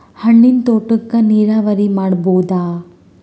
ಹಣ್ಣಿನ್ ತೋಟಕ್ಕ ನೀರಾವರಿ ಮಾಡಬೋದ?